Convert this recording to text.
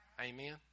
Amen